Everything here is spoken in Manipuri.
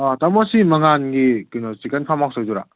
ꯑꯣ ꯇꯥꯃꯣꯁꯤ ꯃꯉꯥꯜꯒꯤ ꯀꯩꯅꯣ ꯆꯤꯛꯀꯟ ꯐꯥꯝ ꯍꯥꯎꯁ ꯑꯣꯏꯗꯣꯏꯔ